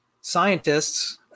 scientists